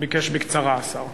הוא ביקש בקצרה, השר.